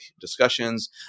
discussions